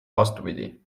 vastupidi